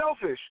selfish